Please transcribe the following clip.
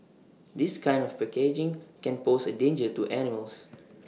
this kind of packaging can pose A danger to animals